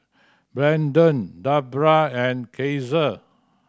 Brandan Debra and Caesar